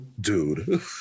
dude